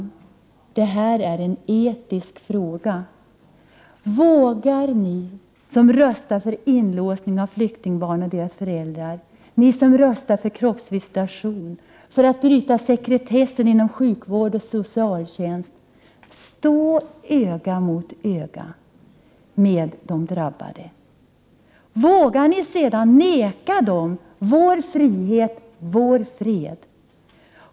Det här en etisk fråga. Vågar ni som röstar för inlåsning av flyktingbarn och deras föräldrar, ni som röstar för kroppsvisitation och för att bryta sekretessen inom sjukvård och socialtjänst stå öga mot öga med de drabbade? Vågar ni sedan neka dem vår frihet, vår fred?